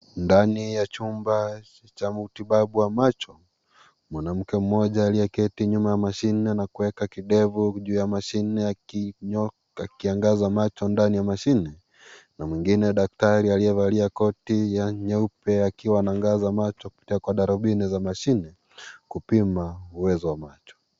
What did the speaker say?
Ndani ya jumba cha matibabu ya macho , mwanamke mmoja aliyeketi nyuma ya mashine na kuweka kidevu juu ya mashine yake akiangaza macho ndani ya mashine na mwingine daktari aliyevalia koti ya nyeupe akiwa akiangaza macho kupitia kwa darubani ya mashine kupima uwezo wa macho.